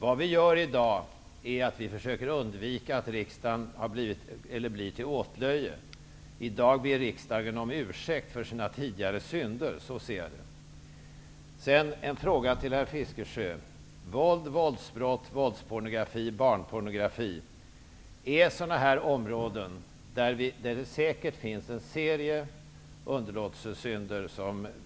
Vad vi gör i dag är att vi försöker att undvika att riksdagen blir till åtlöje. I dag ber riksdagen om ursäkt för sina tidigare synder. Så ser jag det. Sedan har jag en fråga till herr Fiskesjö. Våld, våldsbrott, våldspornografi, barnpornografi är områden där vi här säkert har begått en serie underlåtenhetssynder.